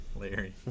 Larry